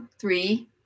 three